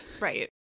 Right